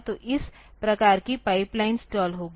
तो इस प्रकार की पाइपलाइन स्टाल होगी